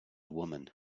woman